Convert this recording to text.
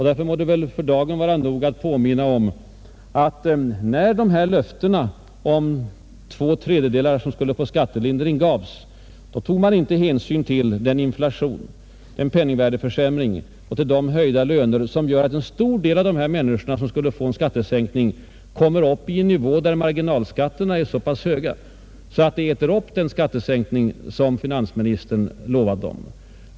Därför må det för dagen vara nog att påminna om att när löftet att två tredjedelar skulle få skattelindring gavs, tog man inte hänsyn till den penningvärdeförsämring och de höjda löner som gör att en stor del av de människor som skulle få en skattesänkning kommer upp i en inkomstnivå där marginalskatterna är så höga att den utlovade skattesänkningen äts upp.